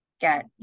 get